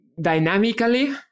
dynamically